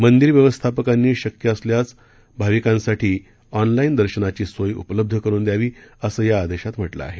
मंदीर व्यवस्थापकांनी शक्य असल्याचं भाविकांसाठी ऑनलाईन दर्शनाची सोय उपलब्ध करून द्यावी असं या आदेशात म्हटलं आहे